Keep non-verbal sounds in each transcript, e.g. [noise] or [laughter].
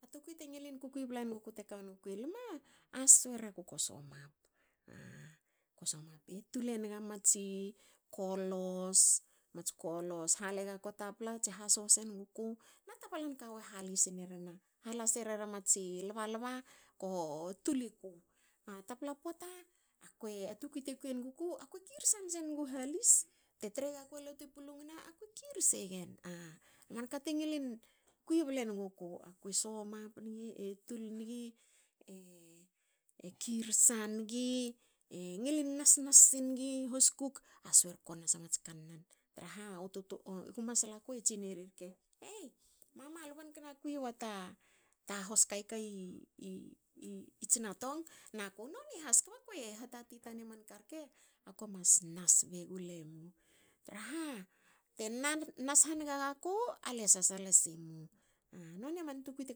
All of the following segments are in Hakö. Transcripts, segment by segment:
A tukui te ngilin kuikui ble nuguku te ka nuguku i lme a swer aku ko somap. Ko somap. e tul enga matsi kolos. mats kolos hale gaku tapla tse hasogo senguku na taplan kawu e halisera hala serera mats lba lba ko tul iku. A tapla pota akue, [hesitation] a tukui te kui enguku akue kirsan sengu halis. te tre gakua latu e pulungne. akue kirse gen. A man ka te ngilin kui ble nuguku somap singi. e tul ngi. e kirsa nigi e ngilin nas nas singi hoskuk aswer ko nas a mats kannan traha u tutu. gu masla ke tsini rke,"ei mama alu bani kna kuwa ta hos kaikai i tsinatong."Naku. noni has kba ku hatati a man karke ako mas nas begulemu."traha te nas hange gaku. ale sasala simu."Noni aman tukui te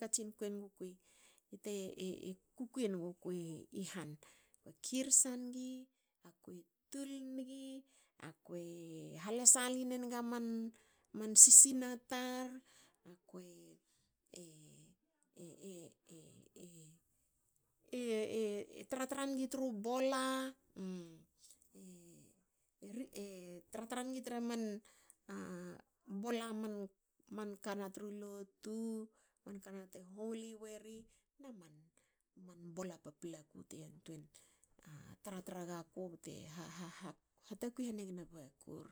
kukui enuguku te kukui enguku i han. Akue kirsa nigi. akue tul nigi. akue halesaline nig a man sisina tar. Akue e [hesitation] tra tra ngi tru lotu. e tra tra ga tru bola. man kana te huli weri na man bola paplaku te yantuen tra tra gaku bte ha takui haniga bakur